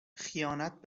خیانت